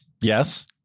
Yes